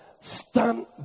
stand